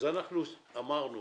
אמרנו